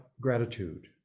gratitude